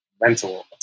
mental